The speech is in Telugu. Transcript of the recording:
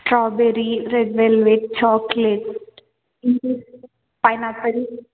స్ట్రాబెరీ రెడ్ వెల్వేట్ చాకలేట్ ఇంక పైనాపల్